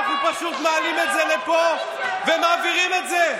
אנחנו פשוט מעלים את זה לפה ומעבירים את זה.